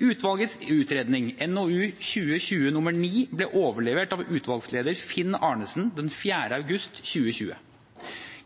Utvalgets utredning – NOU 2020: 9 – ble overlevert av utvalgsleder Finn Arnesen den 4. august 2020.